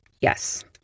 Yes